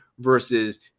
Versus